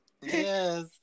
Yes